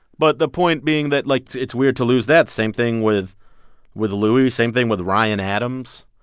but the point being that, like, it's weird to lose that same thing with with louis, same thing with ryan adams.